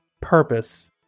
purpose